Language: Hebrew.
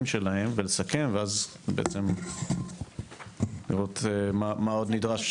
שלהם ולסכם ואז בעצם נראה מה עוד נדרש.